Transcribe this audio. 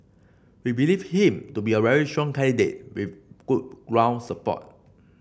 we believe him to be a very strong candidate with good ground support